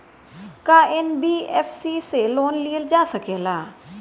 का एन.बी.एफ.सी से लोन लियल जा सकेला?